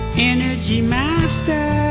energy master